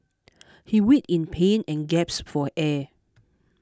he wait in pain and gasped for air